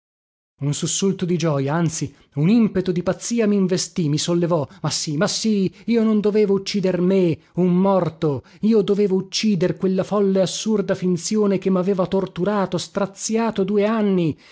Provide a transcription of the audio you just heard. un sussulto di gioja anzi un impeto di pazzia minvestì mi sollevò ma sì ma sì io non dovevo uccider me un morto io dovevo uccidere quella folle assurda finzione che maveva torturato straziato due anni